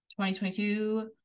2022